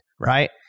right